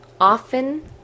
often